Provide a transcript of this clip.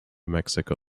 mexico